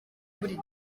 buri